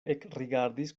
ekrigardis